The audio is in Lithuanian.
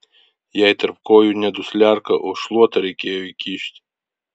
jai tarp kojų ne dusliaką o šluotą reikėjo įkišti